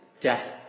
death